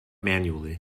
manually